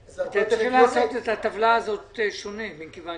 הייתם צריכים לבנות את הטבלה הזאת באופן שונה מכיוון